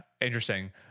Interesting